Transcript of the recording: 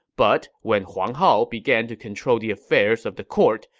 but when huang hao began to control the affairs of the court,